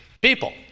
people